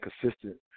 consistent